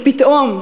ופתאום,